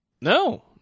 no